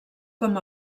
com